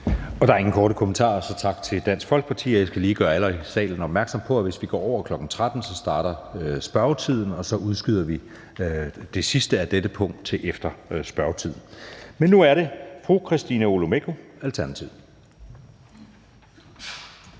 Der er ingen korte bemærkninger, så tak til Dansk Folkeparti. Jeg skal lige gøre alle i salen opmærksomme på, at hvis vi går over kl. 13.00, så starter spørgetiden, og så udskyder vi det sidste af dette punkt til efter spørgetiden. Nu er det Christina Olumeko, Alternativet.